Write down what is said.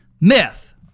myth